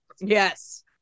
Yes